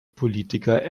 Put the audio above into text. politiker